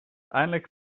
eindelijk